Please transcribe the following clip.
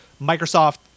Microsoft